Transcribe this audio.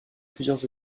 plusieurs